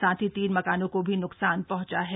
साथ ही तीन मकानों को भी नुकसान पहुंचा है